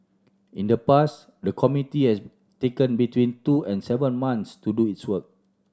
in the past the committee has taken between two and seven months to do its work